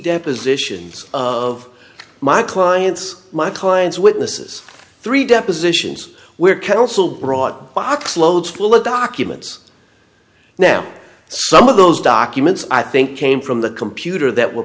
depositions of my clients my clients witnesses three depositions where counsel brought box loads full of documents now some of those documents i think came from the computer that were